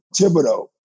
Thibodeau